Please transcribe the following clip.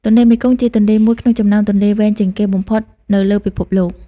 ទន្លេមេគង្គជាទន្លេមួយក្នុងចំណោមទន្លេវែងជាងគេបំផុតនៅលើពិភពលោក។